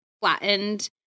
flattened